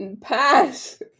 Pass